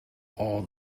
all